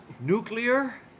nuclear